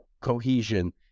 cohesion